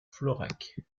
florac